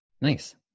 Nice